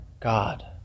God